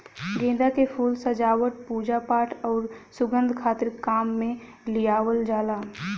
गेंदा के फूल सजावट, पूजापाठ आउर सुंगध खातिर काम में लियावल जाला